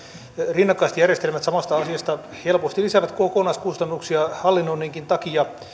rinnakkaiset järjestelmät samasta asiasta helposti lisäävät kokonaiskustannuksia hallinnoinninkin takia